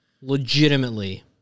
legitimately